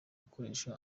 bikoresho